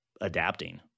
adapting